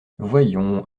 voyons